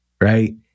right